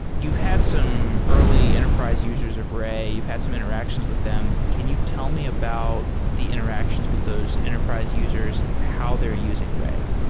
you've had some early enterprise users of ray. you've had some interactions with them. can you tell me about the interactions with those enterprise users how they're using ray?